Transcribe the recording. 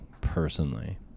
personally